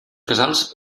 casals